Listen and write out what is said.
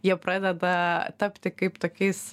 jie pradeda tapti kaip tokiais